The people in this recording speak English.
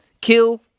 kill